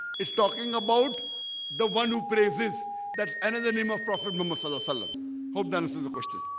it's talking about the one who praises that's another name of profit member zalazala. hope dances the question